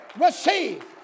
receive